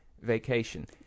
vacation